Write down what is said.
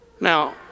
Now